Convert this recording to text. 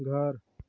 घर